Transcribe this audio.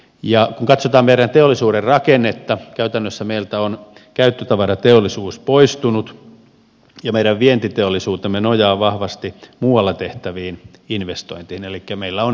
kun katsotaan meidän teollisuuden rakennetta käytännössä meiltä on käyttötavarateollisuus poistunut ja meidän vientiteollisuutemme nojaa vahvasti muualla tehtäviin investointeihin elikkä meillä on investointiteollisuutta